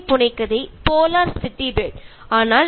അതുപോലെ കാലാവസ്ഥ പ്രതിപാദ്യ വിഷയമായ പോളാർ സിറ്റി റെഡ് എന്ന നോവൽ